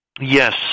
Yes